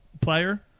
player